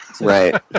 right